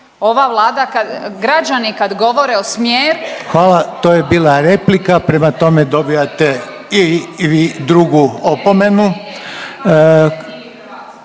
Hvala. To je bila replika, prema tome dobivate i vi drugu opomenu.